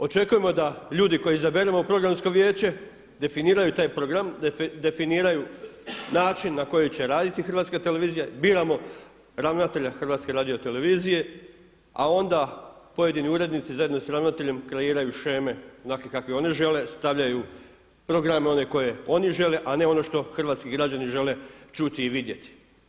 Očekujemo da ljudi koje izaberemo u programsko vijeće, definiraju taj program, definiraju način na koji će raditi HRT, biramo ravnatelja HRT-a a onda pojedini urednici zajedno sa ravnateljem kreiraju sheme onakve kakve oni žele, stavljaju programe one koji oni žele a ne ono što hrvatski građani žele čuti i vidjeti.